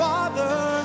Father